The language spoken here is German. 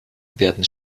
werden